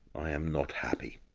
i am not happy,